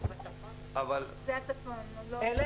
אלו